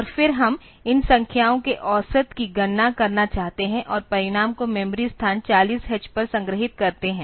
और फिर हम इन संख्याओं के औसत की गणना करना चाहते हैं और परिणाम को मेमोरी स्थान 40 h पर संग्रहीत करते हैं